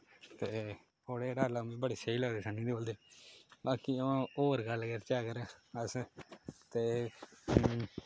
ते ओह्दे डायलाग बड़े स्हेई लगदे सन्नी देयोल दे बाकी होर गल्ल करचै अगर अस ते हूं